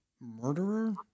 murderer